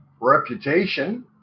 reputation